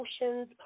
emotions